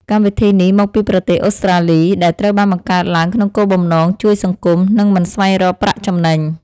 កម្មវិធីនេះមកពីប្រទេសអូស្ត្រាលីដែលត្រូវបានបង្កើតឡើងក្នុងគោលបំណងជួយសង្គម និង មិនស្វែងរកប្រាក់ចំណេញ។